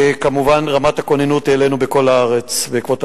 את רמת הכוננות העלינו בכל הארץ בעקבות הפיגוע.